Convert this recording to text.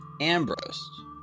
Ambrose